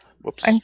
Whoops